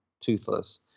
toothless